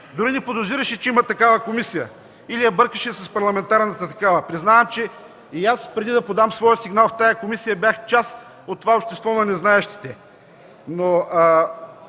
дори не подозираше, че има такава комисия или я бъркаше с парламентарната такава. Признавам, че и аз, преди да подам своя сигнал в тази комисия, бях част от това общество на незнаещите.